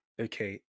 okay